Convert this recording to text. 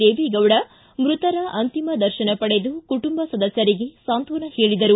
ದೇವೇಗೌಡ ಮೃತರ ಅಂತಿಮ ದರ್ಶನ ಪಡೆದು ಕುಟುಂಬ ಸದಸ್ಟರಿಗೆ ಸಾಂತ್ವನ ಹೇಳಿದರು